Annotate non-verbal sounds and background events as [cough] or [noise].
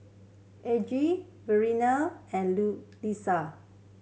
Elgie Verlene and [unintelligible] Liza